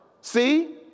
See